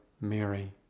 Mary